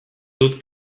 dut